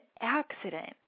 accident